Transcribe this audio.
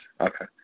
okay